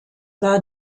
war